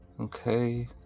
Okay